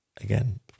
Again